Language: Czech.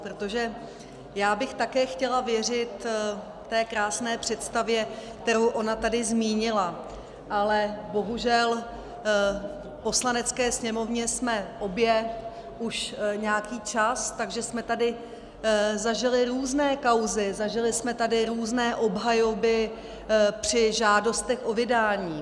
Protože já bych také chtěla věřit té krásné představě, kterou ona tady zmínila, ale bohužel v Poslanecké sněmovně jsme obě už nějaký čas, takže jsme tady zažily různé kauzy, zažily jsme tady různé obhajoby při žádostech o vydání.